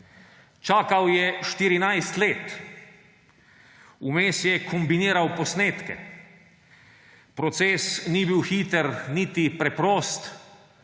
Čakal je 14 let. Vmes je kombiniral posnetke. Proces ni bil hiter niti preprost,